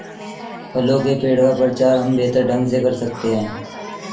फलों के पेड़ का प्रचार हम बेहतर ढंग से कर सकते हैं